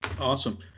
awesome